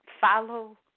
Follow